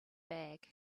bag